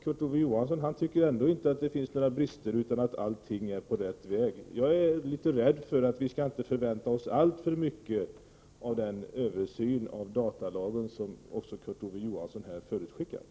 Kurt Ove Johansson tycker ändå inte att det finns några brister, utan allting är på rätt väg. Jag är rädd för att vi inte kan förvänta oss alltför mycket av den översyn av datalagen, som också Kurt Ove Johansson förutskickar.